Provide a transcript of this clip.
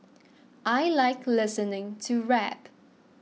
I like listening to rap